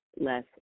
less